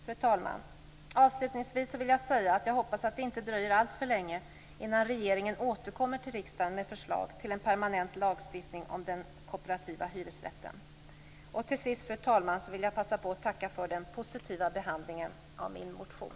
Fru talman! Jag hoppas att det inte dröjer alltför länge innan regeringen återkommer till riksdagen med förslag till en permanent lagstiftning om den kooperativa hyresrätten. Och till sist, fru talman, vill jag passa på att tacka för den positiva behandlingen av min motion.